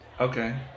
Okay